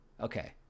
Okay